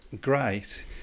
great